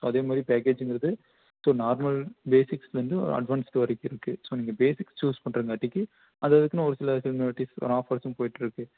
அதேமாதிரி பேக்கேஜ்ங்குறது so normal basics வந்து அட்வான்டேஜ் வரைக்கும் இருக்கும் ஸோ நீங்கள் பேஸிக்ஸ் சூஸ் பண்ணுறதுங்காட்டிக்கு அததுக்குன்னு ஒருசில விஷயங்களுக்கான ஆஃபர்ஸ்சும் போயிட்டுருக்கு